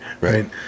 right